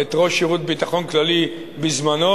את ראש שירות ביטחון כללי בזמנו,